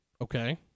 Okay